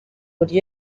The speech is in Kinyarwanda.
buryo